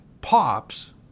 Pops